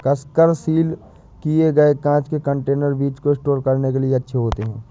कसकर सील किए गए कांच के कंटेनर बीज को स्टोर करने के लिए अच्छे होते हैं